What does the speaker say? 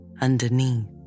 underneath